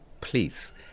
please